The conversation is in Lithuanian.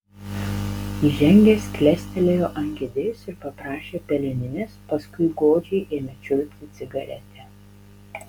įžengęs klestelėjo ant kėdės ir paprašė peleninės paskui godžiai ėmė čiulpti cigaretę